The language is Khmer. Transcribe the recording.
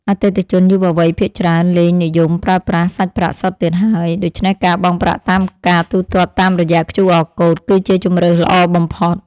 អតិថិជនយុវវ័យភាគច្រើនលែងនិយមប្រើប្រាស់សាច់ប្រាក់សុទ្ធទៀតហើយ ដូច្នេះការបង់ប្រាក់តាមការទូទាត់តាមរយៈឃ្យូអរកូដ គឺជាជម្រើសល្អបំផុត។